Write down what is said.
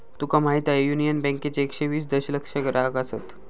तुका माहीत हा, युनियन बँकेचे एकशे वीस दशलक्ष ग्राहक आसत